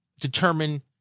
determine